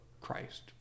Christ